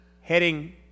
heading